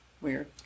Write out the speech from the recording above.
Weird